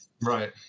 Right